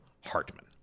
Hartman